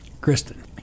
Kristen